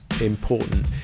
important